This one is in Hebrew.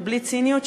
בלי ציניות,